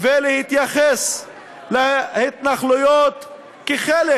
ולהתייחס להתנחלויות כחלק